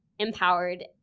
Empowered